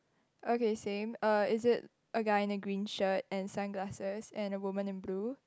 okay same uh is it a guy in a green shirt and sunglasses and a woman in blue